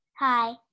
Hi